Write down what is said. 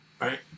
right